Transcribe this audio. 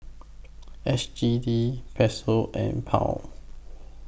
S G D Peso and Pound